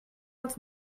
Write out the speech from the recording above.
els